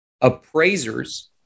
appraisers